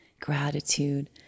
gratitude